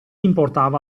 importava